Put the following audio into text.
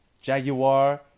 Jaguar